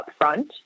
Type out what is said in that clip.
upfront